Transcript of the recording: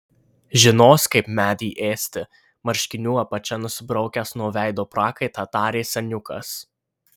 žinos kaip medį ėsti marškinių apačia nusibraukęs nuo veido prakaitą tarė seniukas